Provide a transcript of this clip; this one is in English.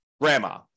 grandma